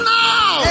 now